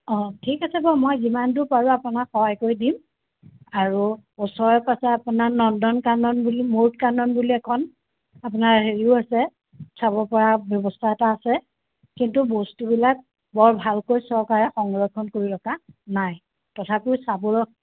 অ' ঠিক আছে বাৰু মই যিমান দূৰ পাৰোঁ আপোনাক সহায় কৰি দিম আৰু ওচৰে পাঁজৰে আপোনাৰ নন্দন কানন বুলি কানন বুলি এখন আপোনাৰ হেৰিও আছে চাব পৰা ব্যৱস্থা এটা আছে কিন্তু বস্তুবিলাক বৰ ভালকৈ চৰকাৰে সংৰক্ষণ কৰি ৰখা নাই তথাপিও চাবলৈ